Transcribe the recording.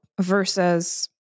versus